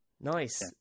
Nice